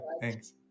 Thanks